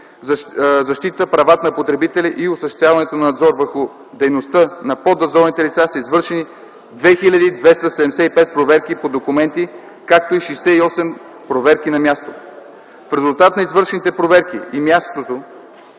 защита на правата на потребителите и осъществяването на надзор върху дейността на поднадзорните лица, са извършени 2275 проверки по документи, както и 68 проверки на място. В резултат на извършените проверки на място